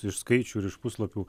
iš skaičių ir iš puslapių